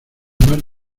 más